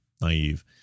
naive